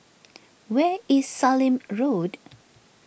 where is Sallim Road